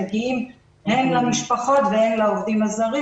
מגיעים הן למשפחות והן לעובדים הזרים,